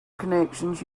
connections